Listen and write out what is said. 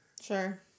Sure